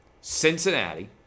Cincinnati